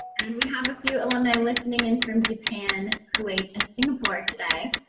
and we have a few alumni listening in from japan, kuwait, and singapore today.